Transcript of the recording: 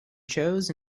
chose